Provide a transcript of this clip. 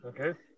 Okay